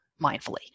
mindfully